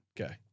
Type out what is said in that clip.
Okay